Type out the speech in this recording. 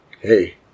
Hey